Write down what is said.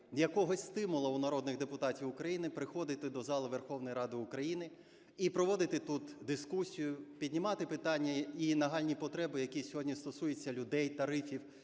якогось стимулу у народних депутатів України приходити до залу Верховної Ради України і проводити тут дискусію, піднімати питання і нагальні потреби, які сьогодні стосуються людей, тарифів,